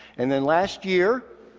and then last year,